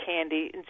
candy